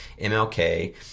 MLK